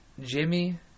Jimmy